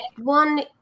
one